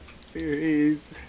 series